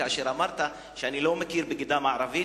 כאשר אמרת: אני לא מכיר בגדה המערבית,